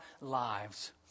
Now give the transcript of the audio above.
lives